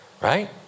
right